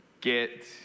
get